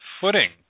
footing